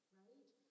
right